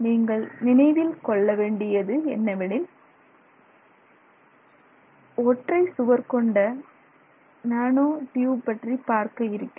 நீங்கள் நினைவில் கொள்ளவேண்டியது என்னவெனில் ஒற்றை சுவர் கொண்ட நானும் பற்றி பார்க்க இருக்கிறோம்